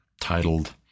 titled